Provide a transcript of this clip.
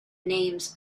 names